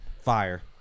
Fire